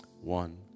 One